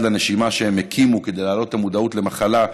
לנשימה שהם הקימו כדי להעלות את המודעות למחלה,